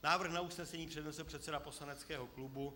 Návrh na usnesení přednese předseda poslaneckého klubu.